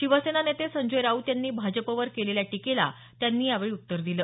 शिवसेना नेते संजय राऊत यांनी भाजपवर केलेल्या टीकेला त्यांनी यावेळी उत्तर दिलं